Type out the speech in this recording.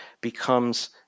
becomes